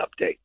update